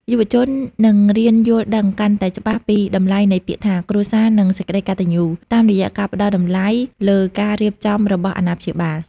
យុវជននឹងរៀនយល់ដឹងកាន់តែច្បាស់ពីតម្លៃនៃពាក្យថា "គ្រួសារ" និង "សេចក្ដីកតញ្ញូ" តាមរយៈការផ្ដល់តម្លៃលើការរៀបចំរបស់អាណាព្យាបាល។